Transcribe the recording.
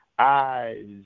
Eyes